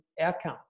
outcome